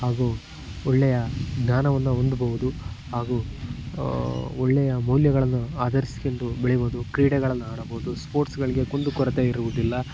ಹಾಗೂ ಒಳ್ಳೆಯ ಜ್ಞಾನವನ್ನು ಹೊಂದ್ಬೋದು ಹಾಗೂ ಒಳ್ಳೆಯ ಮೌಲ್ಯಗಳನ್ನು ಆಧರಿಸ್ಕೊಂಡು ಬೆಳಿಬೋದು ಕ್ರೀಡೆಗಳನ್ನು ಆಡಬೋದು ಸ್ಪೋಟ್ಸ್ಗಳಿಗೆ ಕುಂದುಕೊರತೆ ಇರುವುದಿಲ್ಲ